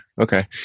Okay